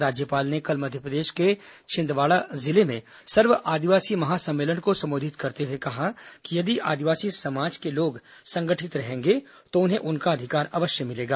राज्यपाल ने कल मध्यप्रदेश के छिंदवाड़ा जिले में सर्व आदिवासी महासम्मेलन को संबोधित करते हुए कहा कि यदि आदिवासी समाज के लोग संगठित रहेंगे तो उन्हें उनका अधिकार अवश्य मिलेगा